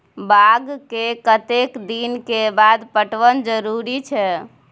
बाग के कतेक दिन के बाद पटवन जरूरी छै?